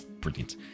Brilliant